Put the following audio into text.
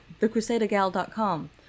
TheCrusaderGal.com